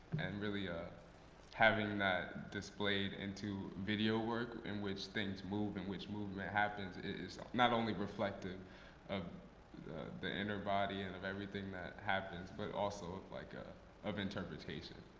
and really ah having that displayed into video work, in which things move and which movement happens, is not only reflective of the inner body and of everything that happens, but also ah like ah of interpretation,